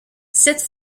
cette